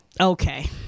okay